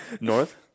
North